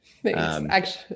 Thanks